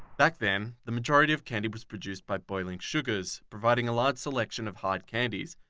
back then, the majority of candy was produced by boiling sugars providing a large selection of hard candies.